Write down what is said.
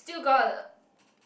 still got